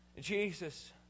Jesus